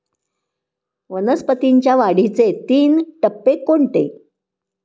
वनस्पतींच्या वाढीचे तीन टप्पे कोणते?